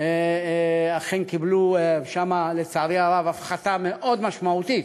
אכן קיבלו שם, לצערי הרב, הפחתה מאוד משמעותית